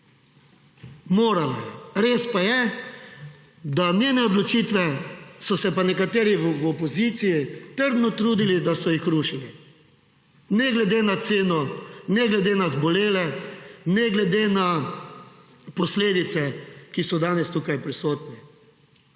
Morala je! Res pa je, da njene odločitve so se pa nekateri v opoziciji trdno trudili, da so jih rušili, ne glede na ceno, ne glede na zbolele, ne glede na posledice, ki so danes tukaj prisotni.